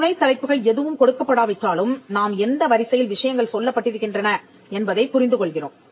துணைத் தலைப்புகள் எதுவும் கொடுக்க படாவிட்டாலும் நாம் எந்த வரிசையில் விஷயங்கள் சொல்லப்பட்டிருக்கின்றன என்பதைப் புரிந்து கொள்கிறோம்